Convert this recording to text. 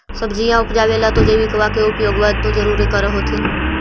सब्जिया उपजाबे ला तो जैबिकबा के उपयोग्बा तो जरुरे कर होथिं?